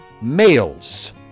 males